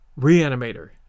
Reanimator